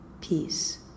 Peace